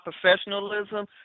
professionalism